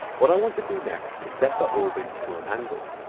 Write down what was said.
what i want to do next is set the orbit to an angle.